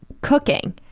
cooking